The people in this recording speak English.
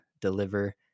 deliver